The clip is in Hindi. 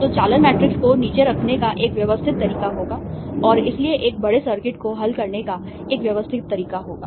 तो चालन मैट्रिक्स को नीचे रखने का एक व्यवस्थित तरीका होगा और इसलिए एक बड़े सर्किट को हल करने का एक व्यवस्थित तरीका होगा